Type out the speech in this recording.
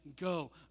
go